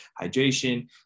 hydration